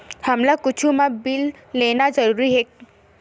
हमला कुछु मा बिल लेना जरूरी हे?